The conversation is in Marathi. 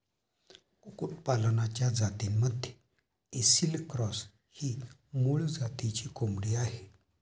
कुक्कुटपालनाच्या जातींमध्ये ऐसिल क्रॉस ही मूळ जातीची कोंबडी आहे